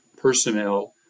personnel